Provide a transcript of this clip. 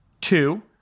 Two